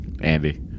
Andy